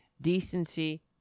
decency